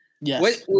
yes